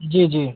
जी जी